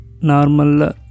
normal